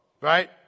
Right